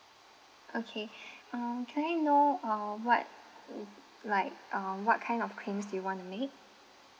okay um can I know uh what like uh what kind of claims do you want to make